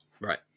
right